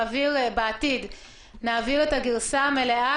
בעתיד נעביר את הגרסה המלאה,